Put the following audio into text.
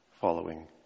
following